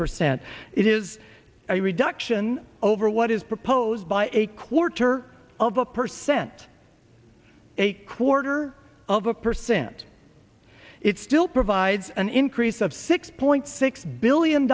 percent it is a reduction over what is proposed by a quarter of a percent a quarter of a percent it still provides an increase of six point six billion